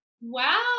wow